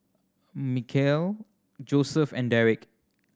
Michaele Joseph and Darrick